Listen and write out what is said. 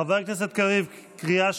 חברי הכנסת, תודה רבה.